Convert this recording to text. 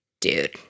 dude